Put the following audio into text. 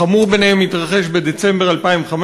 החמור בהם התרחש בדצמבר 2015: